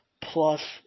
plus